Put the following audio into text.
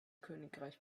königreich